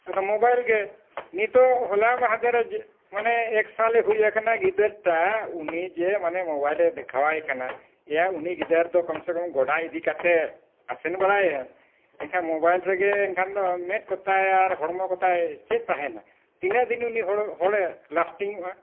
ᱟᱫᱚ ᱢᱳᱵᱟᱭᱤᱞ ᱜᱮ ᱱᱤᱛᱳᱜ ᱦᱚᱞᱟ ᱢᱟᱸᱫᱷᱮᱨ ᱨᱮ ᱢᱟᱱᱮ ᱮᱠᱥᱟᱞᱮ ᱦᱩᱭ ᱟᱠᱟᱱᱟ ᱜᱤᱫᱟᱹᱨ ᱴᱟ ᱩᱱᱤ ᱡᱮ ᱢᱟᱱᱮ ᱢᱳᱵᱟᱭᱤᱞᱮ ᱫᱮᱠᱷᱟᱣᱟᱭ ᱠᱟᱱᱟ ᱮᱭᱟ ᱩᱱᱤ ᱜᱤᱫᱟᱹᱨ ᱫᱚ ᱠᱚᱢ ᱥᱮ ᱠᱚᱢ ᱜᱚᱰᱟ ᱤᱫᱤ ᱠᱟᱛᱮ ᱟᱥᱮᱱ ᱵᱟᱲᱟᱭᱮᱢ ᱮᱱᱠᱷᱟᱱ ᱢᱳᱵᱟᱭᱤᱞ ᱨᱮᱜᱮ ᱮᱱᱠᱷᱟᱱ ᱫᱚ ᱢᱮᱸᱫ ᱠᱚᱛᱟᱭ ᱟᱨ ᱦᱚᱲᱢᱚ ᱠᱚᱛᱟᱭ ᱪᱮᱫ ᱛᱟᱦᱮᱱᱟ ᱛᱤᱱᱟᱹᱜ ᱫᱤᱱ ᱩᱱᱤ ᱦᱚᱲ ᱦᱚᱲᱮ ᱞᱟᱥᱴᱤᱝᱚᱜᱼᱟ